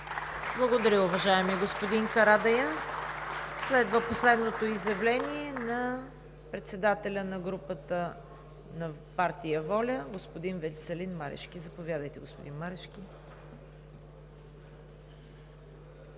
Благодаря, уважаеми господин Карадайъ. Следва последното изявление – на председателя на групата на Партия „Воля“ господин Веселин Марешки. Заповядайте, господин Марешки.